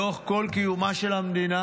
לאורך כל קיומה של המדינה.